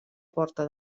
porta